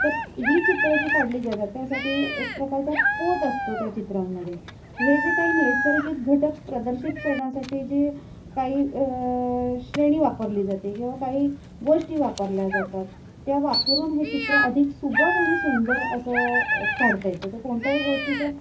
तर ही चित्रं जी काढली जातात त्यासाठी एक प्रकारचा पोत असतो त्या चित्रांमध्ये तर हे जे काही नैसर्गिक घटक प्रदर्शित करण्यासाठी जे काही श्रेणी वापरली जाते किंवा काही गोष्टी वापरल्या जातात त्या वापरून हे चित्र अधिक सुबक आणि सुंदर असं काढता येतं त कोणत्याही गोष्टीचा